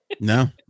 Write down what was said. No